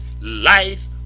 life